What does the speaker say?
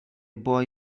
boy